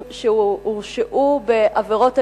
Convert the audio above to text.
הרווחה והבריאות.